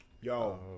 Yo